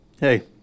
Hey